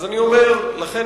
אז אני אומר: לכן,